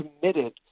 committed